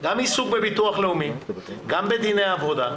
גם עיסוק בביטוח לאומי, גם בדיני עבודה,